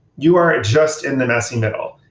you are at just in the messy middle.